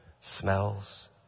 smells